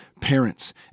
parents